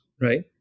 right